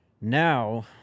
Now